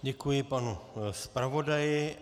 Děkuji panu zpravodaji.